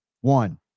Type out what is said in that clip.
one